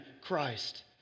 Christ